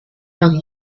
mari